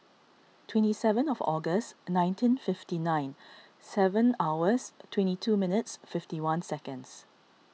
twenty seven of August nineteen fifty nine seven hours twenty two minutes fifty one seconds